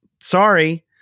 sorry